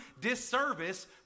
disservice